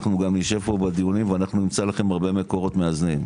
אנחנו גם נשב פה בדיונים ואנחנו נמצא לכם הרבה מקורות מאזנים,